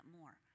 more